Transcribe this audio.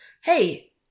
hey